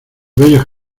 bellos